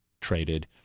traded